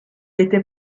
était